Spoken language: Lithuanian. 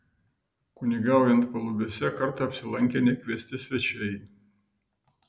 kunigaujant palubiuose kartą apsilankė nekviesti svečiai